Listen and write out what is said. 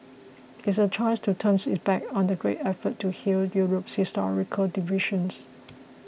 it's a choice to turn its back on the great effort to heal Europe's historical divisions